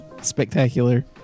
spectacular